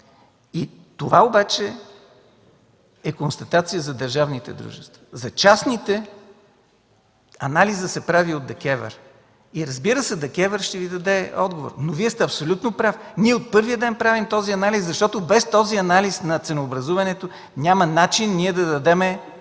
Това обаче е констатация за държавните дружества. За частните анализът се прави от ДКЕВР. И разбира се, ДКЕВР ще ви даде отговор, но Вие сте абсолютно прав – ние от първия ден правим този анализ, защото без този анализ на ценообразуването няма начин да дадем